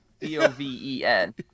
D-O-V-E-N